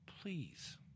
Please